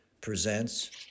presents